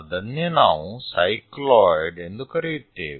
ಅದನ್ನೇ ನಾವು ಸೈಕ್ಲಾಯ್ಡ್ ಎಂದು ಕರೆಯುತ್ತೇವೆ